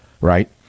right